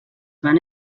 van